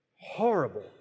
horrible